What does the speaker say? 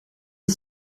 het